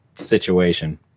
situation